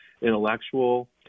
intellectual